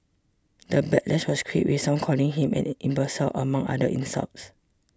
the backlash was quick with some calling him an imbecile among other insults